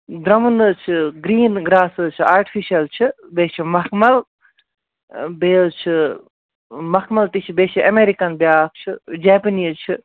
درٛمُن حظ چھُ گرٛیٖن گرٛاس حظ چھُ آٹفِشَل چھِ بیٚیہِ چھِ مکھمَل بیٚیہِ حظ چھِ مکھمَل تہِ چھِ بیٚیہِ چھِ اٮ۪میرِکَن بیٛاکھ چھُ جیپنیٖز چھُ